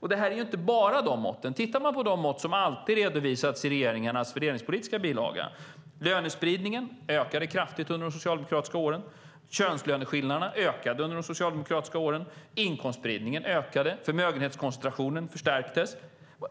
Men det gäller inte bara de här måtten. Tittar man på de mått som alltid redovisats i regeringarnas fördelningspolitiska bilaga ser man att lönespridningen kraftigt ökade under de socialdemokratiska åren och att könslöneskillnaderna ökade under de socialdemokratiska åren. Inkomstspridningen ökade. Förmögenhetskoncentrationen förstärktes.